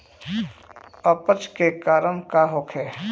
अपच के कारण का होखे?